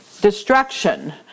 destruction